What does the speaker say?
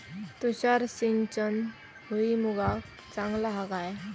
तुषार सिंचन भुईमुगाक चांगला हा काय?